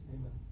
Amen